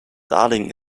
darling